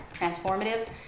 transformative